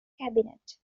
cabinet